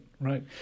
Right